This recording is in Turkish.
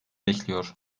bekliyor